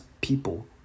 people